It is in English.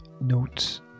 notes